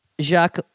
Jacques